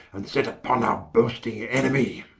and set vpon our boasting enemie.